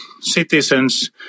citizens